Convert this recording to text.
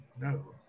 No